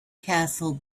castle